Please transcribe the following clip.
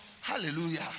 Hallelujah